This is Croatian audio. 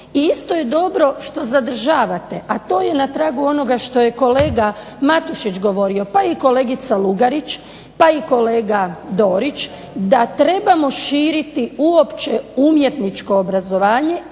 isto je dobro što zadržavate, a to je na tragu onoga što je kolega Matušić govorio pa i kolegica Lugarić, pa i kolega Dorić da trebamo širiti uopće umjetničko obrazovanje